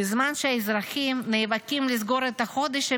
בזמן שהאזרחים נאבקים לסגור את החודש,